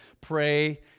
Pray